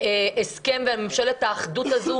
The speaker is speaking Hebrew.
להסכם ולממשלת האחדות הזו,